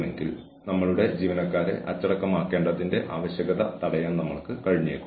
മറ്റൊന്ന് ഹാജരില്ലായ്മ അല്ലെങ്കിൽ മോശം ഹാജർ മറ്റൊന്ന് മോശം പ്രകടനം ആളുകൾ മികച്ച പ്രകടനം കാഴ്ചവയ്ക്കുന്നില്ല